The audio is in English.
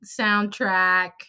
soundtrack